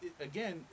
again